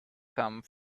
come